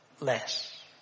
less